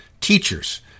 teachers